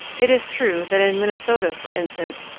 it is true that in minnesota, for instance,